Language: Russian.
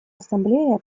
ассамблея